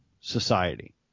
society